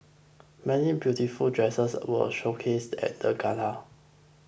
many beautiful dresses were showcased at the gala